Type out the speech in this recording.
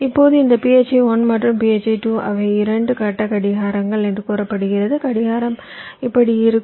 இப்போது இந்த phi 1 மற்றும் phi 2 அவை இரண்டு கட்ட கடிகாரங்கள் என்று கூறப்படுகிறது கடிகாரம் இப்படி இருக்கும்